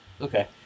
Okay